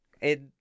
it-